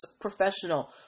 professional